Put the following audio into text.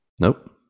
Nope